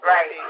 Right